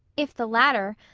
if the latter,